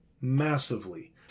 massively